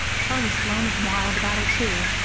charlie sloane is wild about her, too,